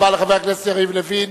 תודה רבה לחבר הכנסת יריב לוין.